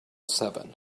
seven